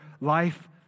life